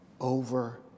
Over